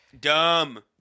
dumb